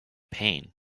pain